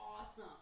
awesome